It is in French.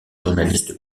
journaliste